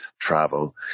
travel